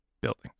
building